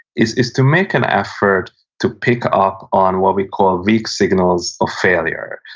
is is to make an effort to pick up on what we call weak signals of failure,